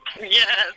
Yes